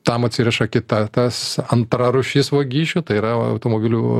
tam atsiriša kita tas antra rūšis vagysčių tai yra automobilių